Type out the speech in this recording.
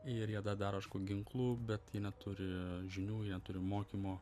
ir jie tą daro aišku ginklu bet jie neturi žinių jie neturi mokymo